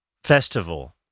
festival